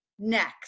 Next